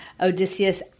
Odysseus